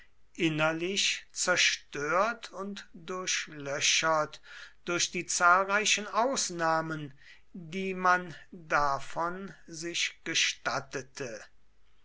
innerlich zerstört und durchlöchert durch die zahlreichen ausnahmen die man davon sich gestattete